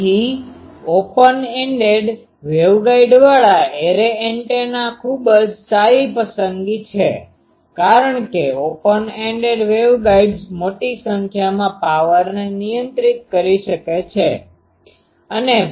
તેથી open ended વેવગાઇડવાળા array antenna ખૂબ જ સારી પસંદગી છે કારણ કે ઓપન એન્ડેડ વેવગાઇડ્સ મોટી સંખ્યામાં પાવરને નિયંત્રિત કરી શકે છે